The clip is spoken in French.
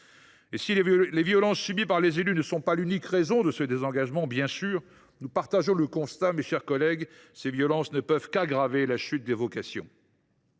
Si les violences subies par les élus ne sont pas l’unique raison de ce désengagement, nous partageons le constat, mes chers collègues, que ces violences ne peuvent qu’aggraver la chute des vocations.